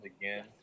again